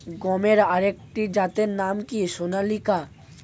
গমের আরেকটি জাতের নাম কি সোনালিকা?